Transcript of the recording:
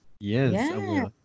Yes